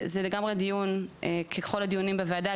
זה לגמרי דיון, ככל הדיונים בוועדה.